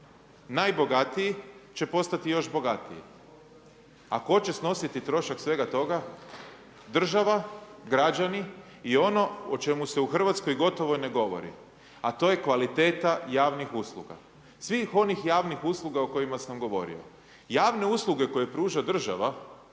Najbogatiji će postati još bogatiji, a tko će snositi trošak svega toga? Država, građani i ono o čemu se u Hrvatskoj gotovo ne govori a to je kvaliteta javnih usluga. Svih onih javnih usluga koje o kojima sam govorio. Javne usluge koje pruža država